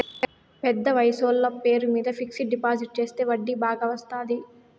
పెద్ద వయసోళ్ల పేరు మీద ఫిక్సడ్ డిపాజిట్ చెత్తే వడ్డీ బాగా వత్తాది